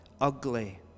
ugly